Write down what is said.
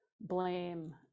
blame